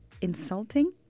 insulting